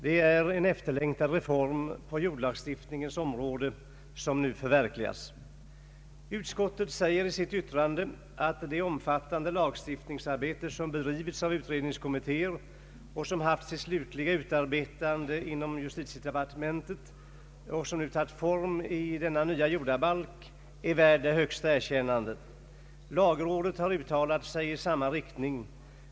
Det är en efterlängtad reform Utskottet anför i sitt utlåtande att det omfattande lagstiftningsarbete som bedrivits av utredningskommittéer och som fått sin slutliga utformning inom justitiedepartementet och som nu tagit form i denna nya jordabalk är värt det högsta erkännande. Lagrådet har uttalat sig i samma riktning.